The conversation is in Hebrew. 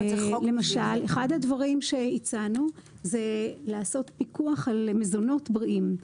למשל אחד הדברים שהצענו זה לעשות פיקוח על מזונות בריאים,